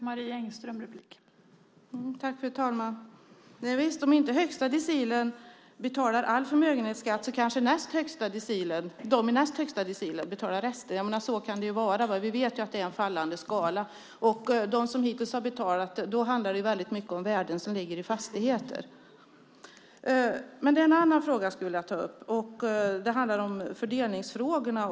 Fru talman! Om inte högsta decilen betalar all förmögenhetsskatt kanske de i näst högsta decilen betalar resten. Så kan det vara. Vi vet att det är en fallande skala. För dem som hittills har betalat har det i många fall handlat om värden som ligger i fastigheter. Det är en annan fråga jag skulle vilja ta upp, nämligen fördelningsfrågan.